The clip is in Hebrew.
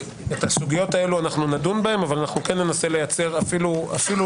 שהסוגיות הללו נדון בהן אבל ננסה לייצר אפילו